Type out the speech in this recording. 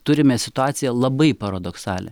turime situaciją labai paradoksalią